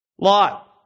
Lot